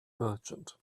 merchant